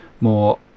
more